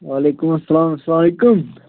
وعلیکُم اَسَلام اَسَلام علیکُم